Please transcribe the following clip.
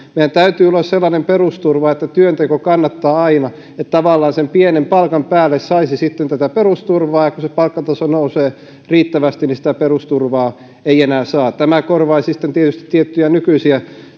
meillä täytyy olla sellainen perusturva että työnteko kannattaa aina eli tavallaan sen pienen palkan päälle saisi sitten tätä perusturvaa ja kun se palkkataso nousee riittävästi niin sitä perusturvaa ei enää saa tämä korvaisi sitten tietysti tiettyjä nykyisiä